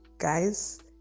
guys